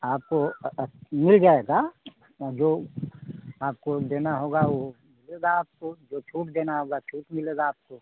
आपको मिल जाएगी जो आपको देनी होगी वह मिलेगी आपको जो छूट देनी होगी छूट मिलेगी आपको